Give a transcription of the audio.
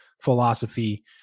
philosophy